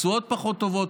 התשואות פחות טובות.